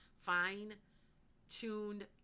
fine-tuned